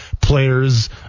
players